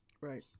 Right